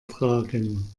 tragen